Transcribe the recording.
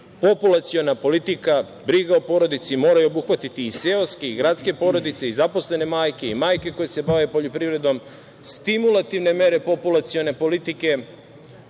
Srbije. Populaciona politika, briga o porodici moraju obuhvatiti i seoske i gradske porodice, zaposlene majke, majke koje se bave poljoprivredom. Stimulativne mere populacione politike